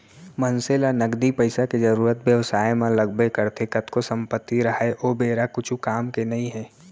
मनसे ल नगदी पइसा के जरुरत बेवसाय म लगबे करथे कतको संपत्ति राहय ओ बेरा कुछु काम के नइ हे